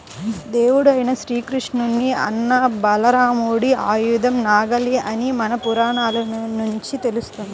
దేవుడైన శ్రీకృష్ణుని అన్న బలరాముడి ఆయుధం నాగలి అని మన పురాణాల నుంచి తెలుస్తంది